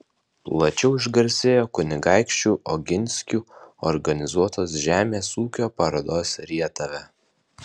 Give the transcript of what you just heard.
plačiau išgarsėjo kunigaikščių oginskių organizuotos žemės ūkio parodos rietave